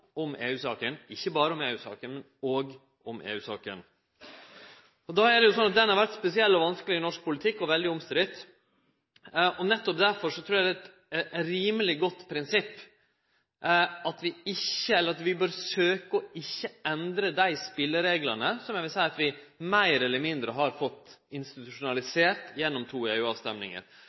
om EU-saka, men òg om EU-saka. Ho har vore spesiell og vanskeleg i norsk politikk – og veldig omstridd. Nettopp derfor trur eg det er eit godt prinsipp at vi ikkje bør søkje å endre dei spelereglane som eg vil seie at vi meir eller mindre har fått institusjonalisert gjennom to